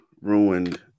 ruined